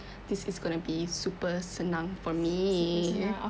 this is gonna be super senang for me